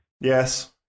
Yes